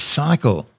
cycle